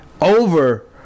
over